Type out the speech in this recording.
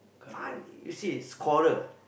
Fandi you see scorer